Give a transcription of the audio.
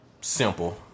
Simple